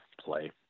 play